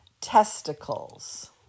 testicles